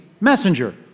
messenger